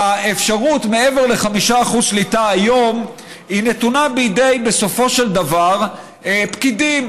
האפשרות של מעבר ל-5% שליטה היום נתונה בסופו של דבר בידי פקידים,